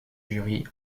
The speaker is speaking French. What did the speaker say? jury